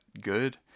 good